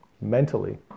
mentally